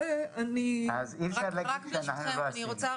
אי אפשר להגיד שאנחנו לא עשינו.